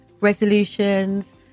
resolutions